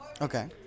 Okay